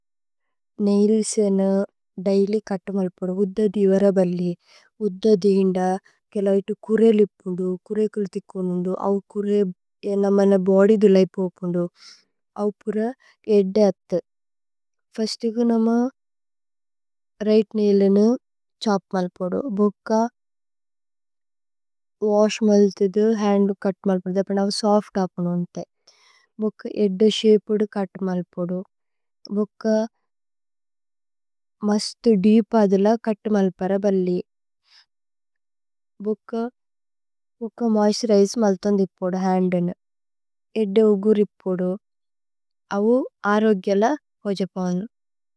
നേഇലിസേന daily കത്തുമല് പോദു ഉദ്ദദി വരബല്ലി, ഉദ്ദദി ഇന്ദ കേലൈതേ കുരേലിപ്പുന്ദു കുരേകുല്। ഥിക്കുനുന്ദു അവു കുരേ നമന ബോദി ദുലൈ പോപുന്ദു। അവു പുര ഏദ്ദേ അത്ഥു ഫുസ്തിഗു നമ। രിഘ്ത് നേഇലിനി ഛോപ്മല് പോദു ബുക്ക വശ് മല്ഥിദു। ഹന്ദു കത്തുമല് പോദു। ധേപേ നമ സോഫ്ത് അപ്മനു। അന്ഥേ ബുക്ക ഏദ്ദേ ശേപ്പുദു കത്തുമല് പോദു ബുക്ക। മസ്തു ദീപ് അഥുല കത്തുമല്। പരബല്ലി ബുക്ക ബുക്ക മോഇസ്തുരിജേ മല്ഥോന്ധി। പോദു ഹന്ദു ഏദ്ദേ ഉഗുരി പോദു അവു അരോഗ്യേല ഹോജപോനു।